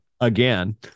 again